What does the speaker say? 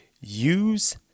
use